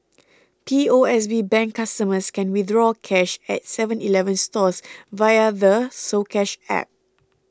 P O S B Bank customers can withdraw cash at Seven Eleven stores via the soCash App